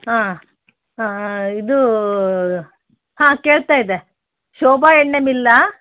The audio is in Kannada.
ಹಾಂ ಇದು ಹಾಂ ಕೇಳ್ತಾ ಇದೆ ಶೋಬಾ ಎಣ್ಣೆ ಮಿಲ್ಲಾ